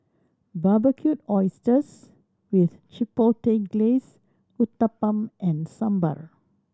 Barbecued Oysters with Chipotle Glaze Uthapam and Sambar